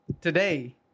Today